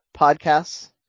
podcasts